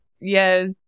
yes